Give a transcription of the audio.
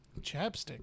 Chapstick